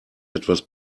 etwas